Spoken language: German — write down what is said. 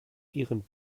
ihren